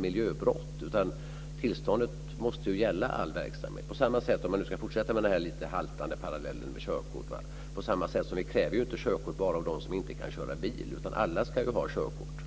miljöbrott, utan tillståndet måste gälla all verksamhet, på samma sätt - om jag ska fortsätta med den lite haltande parallellen med körkort - som vi inte kräver körkort bara av dem som inte kan köra bil. Alla ska ha körkort.